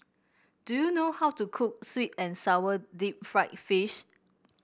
do you know how to cook sweet and sour Deep Fried Fish